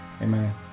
Amen